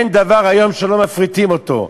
אין דבר היום שלא מפריטים אותו,